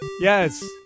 yes